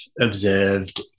observed